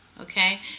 Okay